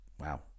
Wow